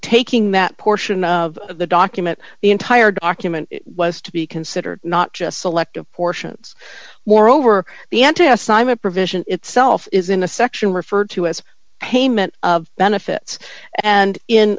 taking that portion of the document the entire document was to be considered not just selective portions moreover the end to assignment provision itself is in a section referred to as payment of benefits and in